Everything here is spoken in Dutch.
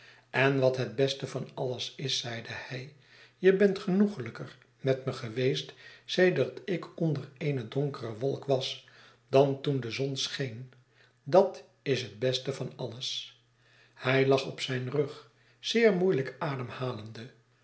en wat het beste van alles is zeide hij je bent genoeglijker met me geweest sedert ik onder eene donkere wolk was dan toen de zon scheen dat is het beste van alles hij lag op zijn rug zeermoeielijkademhalende